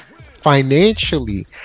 financially